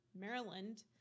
Maryland